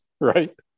right